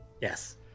yes